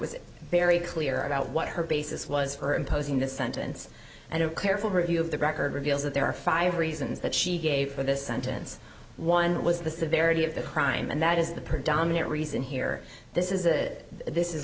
was very clear about what her basis was for imposing this sentence and of careful review of the record reveals that there are five reasons that she gave for this sentence one was the severity of the crime and that is the predominant reason here this is it this is